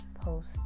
post